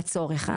לצורך.